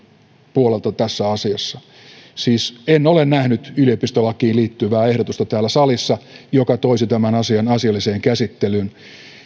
puolelta tässä asiassa siis en ole nähnyt yliopistolakiin liittyvää ehdotusta joka toisi tämän asian asialliseen käsittelyyn